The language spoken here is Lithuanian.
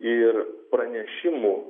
ir pranešimų